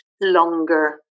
longer